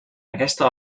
aquesta